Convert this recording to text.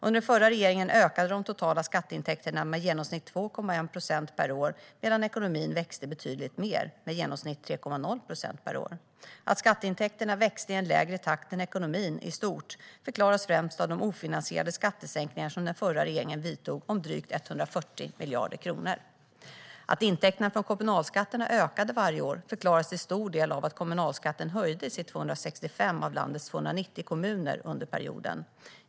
Under den förra regeringen ökade de totala skatteintäkterna med i genomsnitt 2,1 procent per år medan ekonomin växte betydligt mer med i genomsnitt 3,0 procent per år. Att skatteintäkterna växte i en lägre takt än ekonomin i stort förklaras främst av de ofinansierade skattesänkningar som den förra regeringen vidtog om drygt 140 miljarder kronor. Att intäkterna från kommunalskatterna ökade varje år förklaras till stor del av att kommunalskatten höjdes i 265 av landets 290 kommuner under perioden.